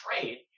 trade